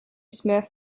smith